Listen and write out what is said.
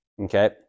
okay